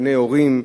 לעיני הורים,